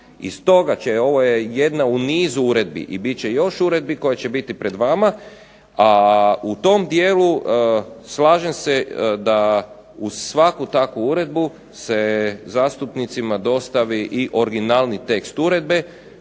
I stoga će ovo je jedna u nizu uredbi i bit će još uredbi koje će biti pred vama, a u tom dijelu slažem se da uz svaku takvu uredbu se zastupnicima dostavi i originalni tekst uredbe.